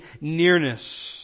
nearness